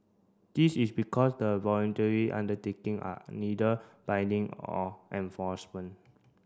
this is because the voluntary undertaking are neither binding or enforcement